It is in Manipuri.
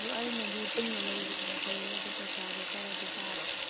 ꯑꯗꯣ ꯑꯩꯅꯗꯤ ꯄꯨꯟꯅ ꯂꯧꯒꯦꯅ ꯈꯜꯂꯦ ꯑꯗꯣ ꯄꯩꯁꯥꯗꯣ ꯈꯔꯗꯤ ꯇꯥꯔꯣ